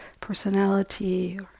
personality